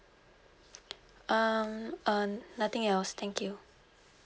um um nothing else thank you